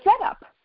setup